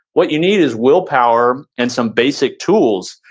what you need is willpower and some basic tools.